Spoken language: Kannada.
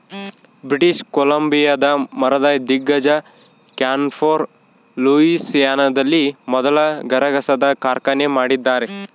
ಬ್ರಿಟಿಷ್ ಕೊಲಂಬಿಯಾದ ಮರದ ದಿಗ್ಗಜ ಕ್ಯಾನ್ಫೋರ್ ಲೂಯಿಸಿಯಾನದಲ್ಲಿ ಮೊದಲ ಗರಗಸದ ಕಾರ್ಖಾನೆ ಮಾಡಿದ್ದಾರೆ